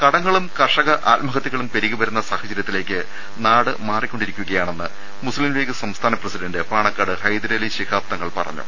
കടകങ്ങളും കർഷക ആത്മഹത്യകളും പെരുകിവരുന്ന സാഹചര്യ ത്തിലേക്ക് നാട് മാറിക്കൊണ്ടിരിക്കുകയാണെന്ന് മുസ്ലിം ലീഗ് സംസ്ഥാന പ്രസിഡന്റ് പാണക്കാട് ഹൈദരലി ശിഹാബ് തങ്ങൾ പറഞ്ഞു